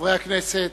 חברי הכנסת,